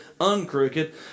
uncrooked